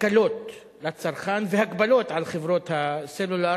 הקלות לצרכן והגבלות על חברות הסלולר.